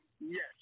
yes